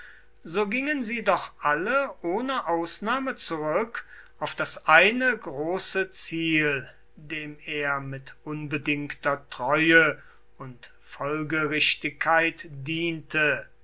so gingen sie doch alle ohne ausnahme zurück auf das eine große ziel dem er mit unbedingter treue und folgerichtigkeit diente